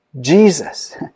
Jesus